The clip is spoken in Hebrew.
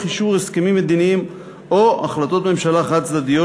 אישור הסכמים מדיניים או החלטות ממשלה חד-צדדיות,